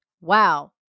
Wow